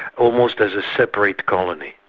almost as a separate colony.